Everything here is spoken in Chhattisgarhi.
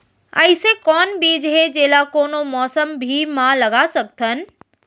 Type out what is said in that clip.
अइसे कौन बीज हे, जेला कोनो मौसम भी मा लगा सकत हन?